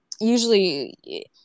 usually